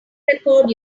record